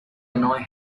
annoy